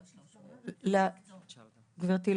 גברתי,